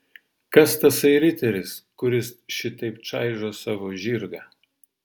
kas tasai riteris kuris šitaip čaižo savo žirgą